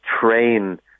train